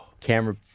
Camera